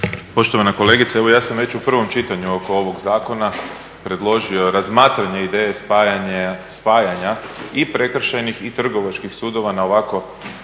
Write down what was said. Poštovana kolegice, evo ja sam već u prvom čitanju oko ovog zakona predložio razmatranje ideje spajanja i prekršajnih i trgovačkih sudova na ovako